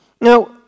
Now